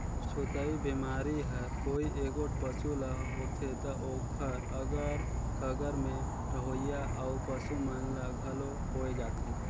छूतही बेमारी हर कोई एगोट पसू ल होथे त ओखर अगर कगर में रहोइया अउ पसू मन ल घलो होय जाथे